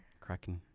Kraken